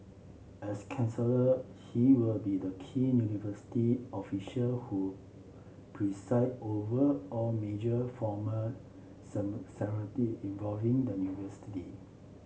as he will be the key university official who preside over all major formal involving the university